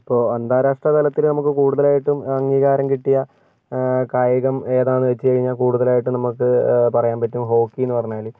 ഇപ്പോൾ അന്താരാഷ്ട്രതലത്തിൽ നമുക്ക് കൂടുതലായിട്ടും അംഗീകാരം കിട്ടിയ കായികം ഏതാണെന്ന് വെച്ചുകഴിഞ്ഞാൽ കൂടുതലായിട്ടും നമുക്ക് പറയാൻ പറ്റും ഹോക്കി എന്ന് പറഞ്ഞാൽ